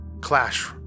Clash